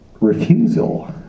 refusal